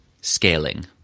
scaling